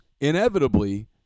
inevitably